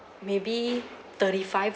maybe thirty-five